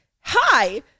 hi